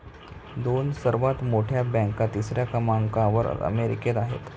दोन सर्वात मोठ्या बँका तिसऱ्या क्रमांकावर अमेरिकेत आहेत